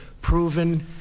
proven